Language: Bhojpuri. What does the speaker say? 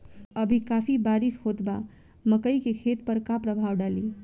अभी काफी बरिस होत बा मकई के खेत पर का प्रभाव डालि?